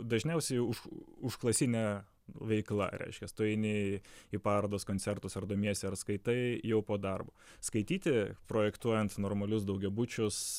dažniausiai už užklasinė veikla reiškias tu eini į parodas koncertus ar domiesi ar skaitai jau po darbo skaityti projektuojant normalius daugiabučius